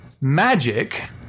magic